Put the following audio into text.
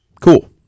Cool